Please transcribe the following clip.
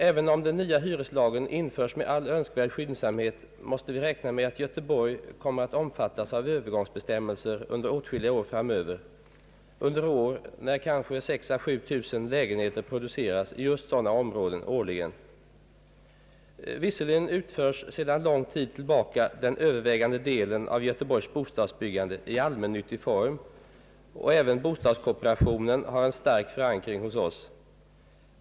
även om den nya hyreslagen införs med all önskvärd skyndsamhet, måste vi räkna med att Göteborg kommer att omfattas av övergångsbestämmelser un der åtskilliga år framöver — under år, då kanske 6 000 å 7 000 lägenheter årligen producerats i just sådana områden. Visserligen utförs sedan lång tid tillbaka den övervägande delen av Göteborgs bostadsbyggande i allmännyttig form, och även bostadskooperationen har en stark förankring där.